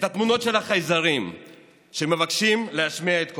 תמונות של החייזרים שמבקשים להשמיע את קולם.